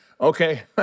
Okay